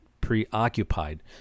preoccupied